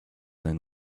than